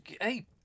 Hey